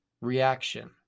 reaction